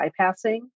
bypassing